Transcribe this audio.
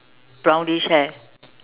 brownish hair